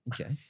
Okay